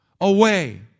away